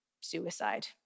suicide